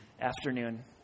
afternoon